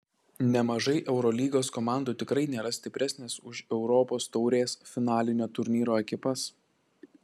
nemažai eurolygos komandų tikrai nėra stipresnės už europos taurės finalinio turnyro ekipas